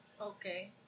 Okay